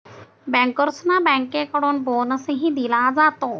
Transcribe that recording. बँकर्सना बँकेकडून बोनसही दिला जातो